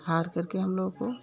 हार करके हम लोग को